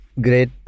great